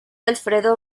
alfredo